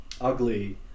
ugly